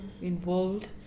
involved